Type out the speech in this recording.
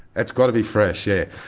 it's got to be fresh, yeah.